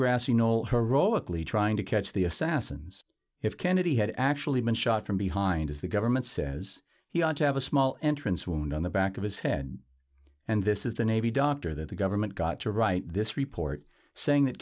grassy knoll her roic lee trying to catch the assassins if kennedy had actually been shot from behind as the government says he ought to have a small entrance wound on the back of his head and this is the navy doctor that the government got to write this report saying that